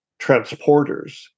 transporters